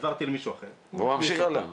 העברתי למישהו אחר --- והוא ממשיך הלאה.